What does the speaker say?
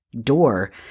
door